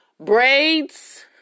braids